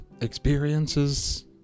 experiences